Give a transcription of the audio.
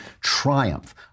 triumph